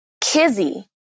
Kizzy